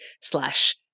slash